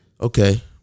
Okay